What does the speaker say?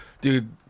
dude